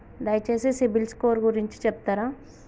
దయచేసి సిబిల్ స్కోర్ గురించి చెప్తరా?